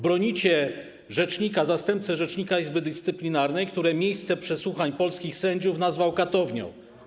Bronicie rzecznika, bronicie zastępcy rzecznika Izby Dyscyplinarnej, który miejsce przesłuchań polskich sędziów nazwał katownią.